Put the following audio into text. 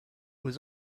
was